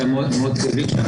נמצא איתנו מרדכי אלישע,